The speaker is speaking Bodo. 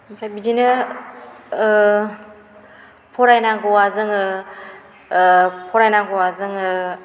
ओमफ्राय बिदिनो फरायनांगौवा जोङो फरायनांगौवा जोङो